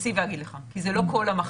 אוציא ואגיד לך, כי זה לא כל המחלימים.